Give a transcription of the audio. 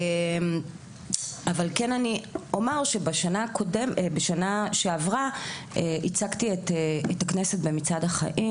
אני כן אומר שבשנה שעברה ייצגתי את הכנסת במצעד החיים